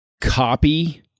copy